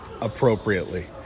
appropriately